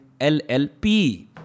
LLP